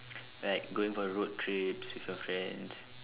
like going for a road trips with your friends